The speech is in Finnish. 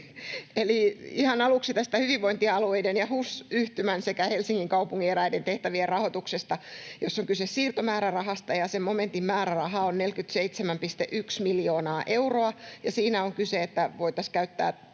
Eli ihan aluksi tästä hyvinvointialueiden ja HUS-yhtymän sekä Helsingin kaupungin eräiden tehtävien rahoituksesta, jossa on kyse siirtomäärärahasta: Sen momentin määräraha on 47,1 miljoonaa euroa, ja siinä on kyse siitä, että se voitaisiin käyttää